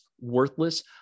worthless